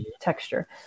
texture